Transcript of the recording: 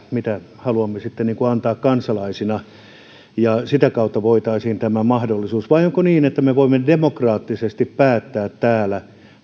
mitä haluamme sitten antaa kansalaisina ja sitä kautta voitaisiin tämä mahdollisuus antaa vai onko niin että me voimme demokraattisesti ja vastuullisesti päättää täällä